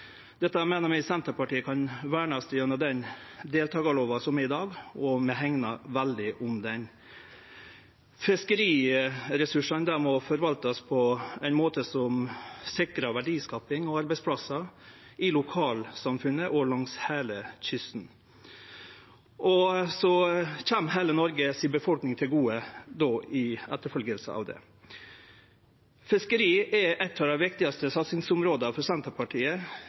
Dette meiner vi i Senterpartiet kan vernast gjennom den deltakarlova som gjeld i dag, og vi hegnar veldig om ho. Fiskeriressursane må forvaltast på ein måte som sikrar verdiskaping og arbeidsplassar i lokalsamfunn og langs heile kysten, og som kjem heile befolkninga i Noreg til gode som følgje av det. Fiskeri er eit av dei viktigaste satsingsområda for Senterpartiet